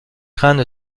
craindre